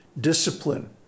discipline